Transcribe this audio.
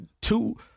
two